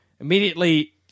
immediately